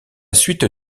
suite